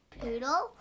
poodle